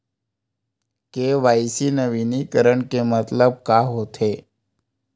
KYC नवीनीकरण के मतलब का होथे?